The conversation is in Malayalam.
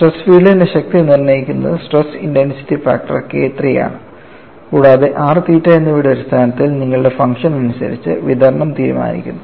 സ്ട്രെസ് ഫീൽഡിന്റെ ശക്തി നിർണ്ണയിക്കുന്നത് stress intensity factor K III യാണ് കൂടാതെ r തീറ്റ എന്നിവയുടെ അടിസ്ഥാനത്തിൽ നിങ്ങളുടെ ഫംഗ്ഷൻ അനുസരിച്ച് വിതരണം തീരുമാനിക്കുന്നു